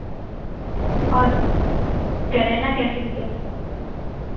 और करेला कैसे किलो